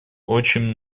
очень